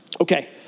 Okay